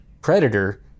predator